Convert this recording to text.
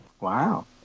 Wow